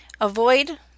avoid